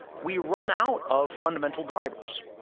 we run out of fundamental drivers.